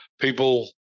people